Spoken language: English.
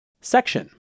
Section